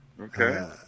Okay